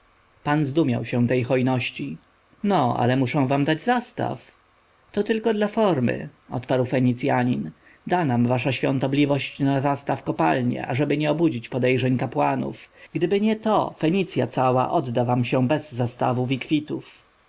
pan zdumiał się tej hojności no ale muszę wam dać zastaw to tylko dla formy odparł fenicjanin da nam wasza świątobliwość na zastaw kopalnie ażeby nie obudzić podejrzeń kapłanów gdyby nie to fenicja cała odda się wam bez zastawów i kwitów